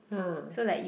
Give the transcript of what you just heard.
[huh]